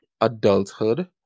adulthood